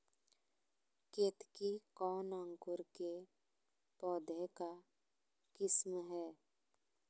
केतकी कौन अंकुर के पौधे का किस्म है?